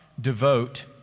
Devote